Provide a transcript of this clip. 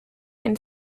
and